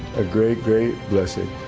a great, great lessening.